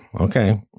Okay